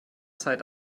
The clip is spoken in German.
zeit